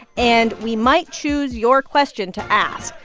and we might choose your question to ask.